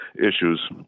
issues